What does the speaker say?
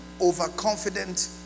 overconfident